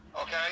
Okay